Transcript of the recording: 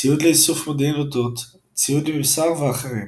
ציוד לאיסוף מודיעין אותות, ציוד לממסר ואחרים.